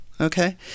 okay